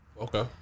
Okay